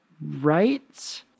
right